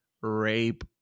rape